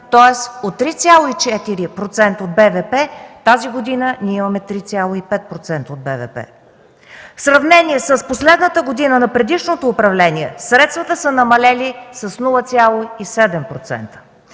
тоест от 3,4% от БВП тази година имаме 3,5% от БВП. В сравнение с последната година от предишното управление средствата са намалели с 0,7%.